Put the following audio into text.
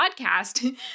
podcast